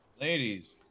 ladies